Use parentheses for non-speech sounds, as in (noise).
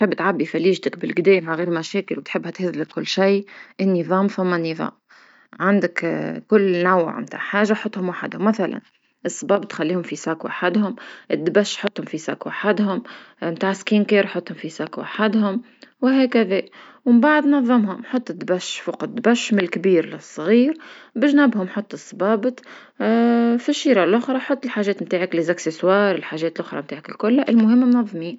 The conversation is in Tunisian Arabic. تحب تعبي فليشتك بالقدا (noise) من غير مشاكل وتحبها تهزلك كل شيء النظام ثم النظام، عندك (hesitation) كل نوع متع حاجة حطهم وحدهم، مثلا الصبابط خليهم في صاك وحدهم، الدبش حطهم في صاك وحدهم، متاع سكنكير حطهم في صاك وحدهم، وهكذا ومن بعد نظمهم حط الدبش فوق دبش من لكبير للصغير بجنابهم حط الصبابط (hesitation) فالشيرة لخرى حطي الحاجات نتاعك الإكسسورات لحجات لخرى متاعك الكل المهم منظمين.